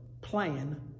plan